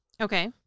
okay